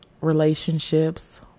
relationships